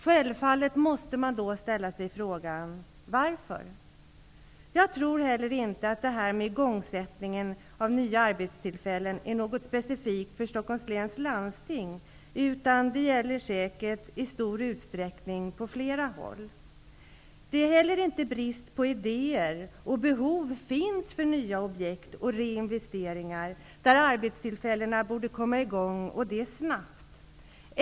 Självfallet måste man då ställa sig frågan: Varför? Jag tror inte heller att problemet med igångsättning av nya arbetstillfällen är något specifikt för Stockholms Läns Landsting, utan det gäller säkert i stor utsträckning på flera håll. Det är inte heller brist på idéer. Det finns behov av nya objekt och reinvesteringar, där arbetena borde komma i gång -- och det snabbt!